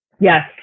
Yes